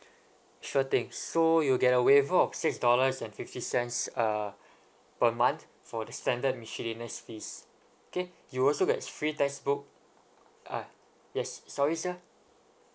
sure thing so you'll get a waiver of six dollars and fifty cents uh per month for the standard miscellaneous fees okay you also get free textbook uh yes sorry sir